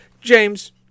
James